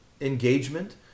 engagement